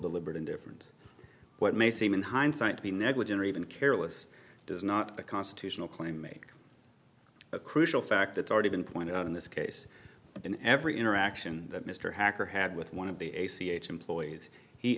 deliberate indifference what may seem in hindsight to be negligent or even careless does not a constitutional claim make a crucial fact it's already been pointed out in this case in every interaction that mr hacker had with want to be a c h employees he